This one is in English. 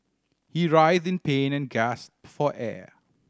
he writhed in pain and gasped for air